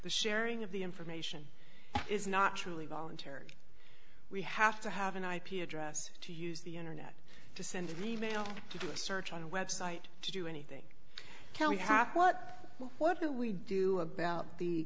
the sharing of the information is not truly voluntary we have to have an ip address to use the internet to send an e mail to do a search on a website to do anything can we have what what do we do about the